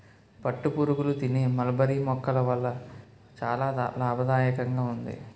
పట్టుపురుగులు తినే మల్బరీ మొక్కల వల్ల చాలా లాభదాయకంగా ఉంది